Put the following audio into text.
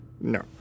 No